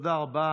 תודה רבה.